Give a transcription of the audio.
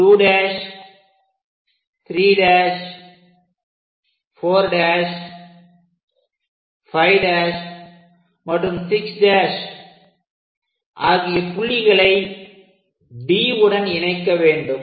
1' 2' 3' 4' 5' மற்றும் 6' ஆகிய புள்ளிகளை D உடன் இணைக்க வேண்டும்